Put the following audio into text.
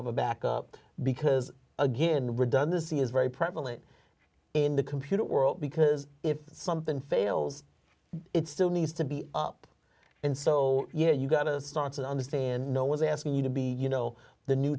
of a backup because again redundancy is very prevalent in the computer world because if something fails it still needs to be up and so you know you've got to start to understand no one's asking you to be you know the new